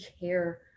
care